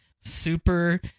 super